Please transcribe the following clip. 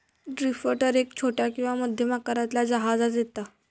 drifter एक छोट्या किंवा मध्यम आकारातल्या जहाजांत येता